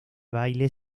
baile